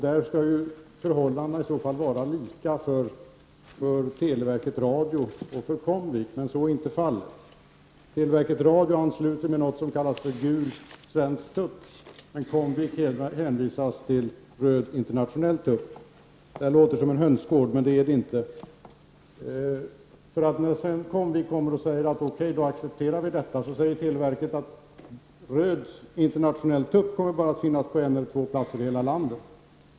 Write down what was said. Där borde förhållandena vara lika för Televerket Radio som för Comvik, men så är inte fallet. Televerket Radio ansluter med något som kallas för gul svensk tupp, medan Comvik hänvisas till röd internationell tupp. Det låter som om det handlar om en hönsgård, men det är det inte. När sedan Comvik accepterade detta, sade televerket att röd internationell tupp kommer att finnas bara på en eller två orter i landet.